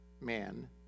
man